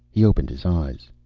he opened his eyes.